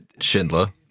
Schindler